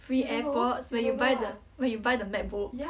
free airpods when you buy the when you buy the macbook